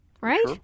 right